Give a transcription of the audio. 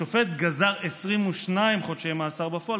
השופט גזר 22 חודשי מאסר בפועל,